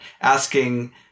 asking